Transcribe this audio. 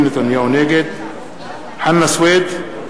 נגד חנא סוייד,